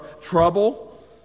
trouble